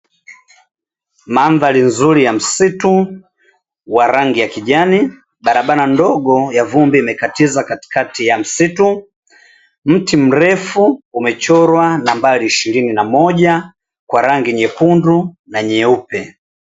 Mandhari nzuri ya msitu wa rangi ya kijani, barabara ndogo ya vumbi imekatiza katikati ya msitu, mti mrefu umechorwa nambari ishirini na moja kwa rangi nyekundu na nyeupe.